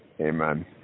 Amen